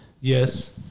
yes